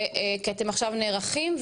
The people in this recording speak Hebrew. כי אתם עכשיו נערכים,